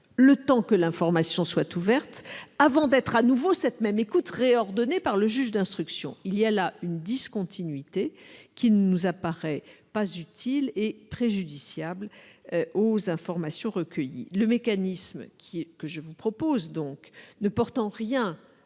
le temps que l'information soit ouverte avant que cette même écoute soit de nouveau ordonnée par le juge d'instruction ? Il y a là une discontinuité qui ne nous paraît pas utile et qui semble préjudiciable aux informations recueillies. Le mécanisme que je vous propose ne porte en rien